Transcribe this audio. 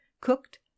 cooked